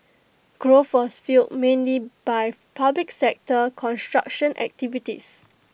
growth was fuelled mainly by public sector construction activities